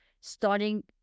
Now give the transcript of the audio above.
starting